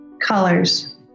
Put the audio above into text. Colors